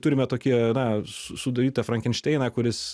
turime tokį na su sudarytą frankenšteiną kuris